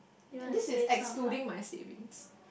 this is excluding my savings